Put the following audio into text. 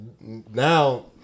now